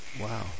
Wow